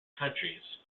countries